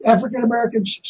African-Americans